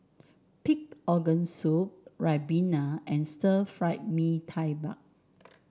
Pig Organ Soup ribena and Stir Fry Mee Tai Mak